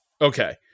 Okay